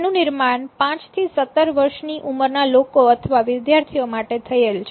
તેનું નિર્માણ ૫ થી ૧૭ વર્ષ ની ઉંમરના લોકો અથવા વિદ્યાર્થીઓ માટે થયેલ છે